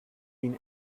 been